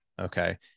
okay